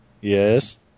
Yes